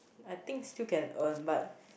I think still can earn but